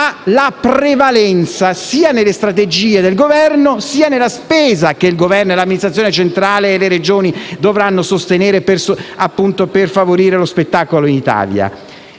la prevalenza sia nelle strategie del Governo, sia nella spesa che il Governo, l'amministrazione centrale e le Regioni dovranno sostenere per favorire lo spettacolo in Italia.